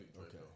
Okay